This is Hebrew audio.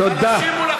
תודה.